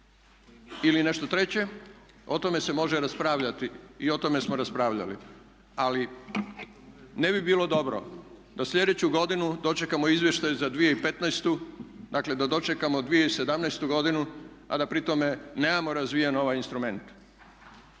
ili nešto treće, o tome se može raspravljati i o tome smo raspravljali. Ali ne bi bilo dobro da slijedeću godinu dočekamo izvještaj za 2015. dakle da dočekamo 2017. godinu a da pri tome nemamo razvijen ovaj instrument.